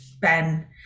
Ben